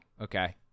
Okay